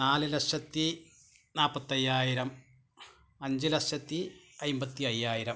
നാല് ലക്ഷത്തി നാല്പ്പത്തയ്യായിരം അഞ്ചു ലക്ഷത്തി അന്പത്തി അയ്യായിരം